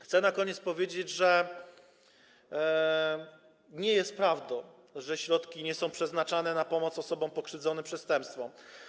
Chcę na koniec powiedzieć, że nie jest prawdą, że środki nie są przeznaczane na pomoc osobom pokrzywdzonym przestępstwami.